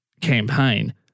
campaign